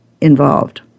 involved